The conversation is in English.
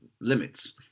limits